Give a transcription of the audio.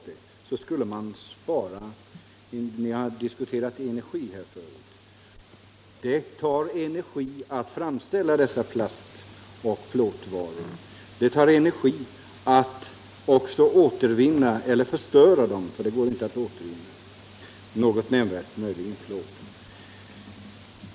Vi har diskuterat sparsamhet med energi här förut. Det tar energi att framställa dessa plastoch plåtvaror. Det tar energi att också förstöra dem — materialet går inte att återvinna, möjligen med undantag av plåten.